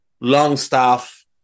Longstaff